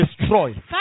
destroy